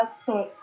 Okay